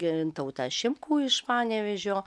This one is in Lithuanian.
gintautą šimkų iš panevėžio